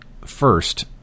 first